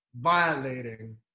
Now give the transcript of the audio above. violating